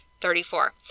Thirty-four